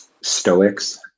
Stoics